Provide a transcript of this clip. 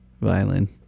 violin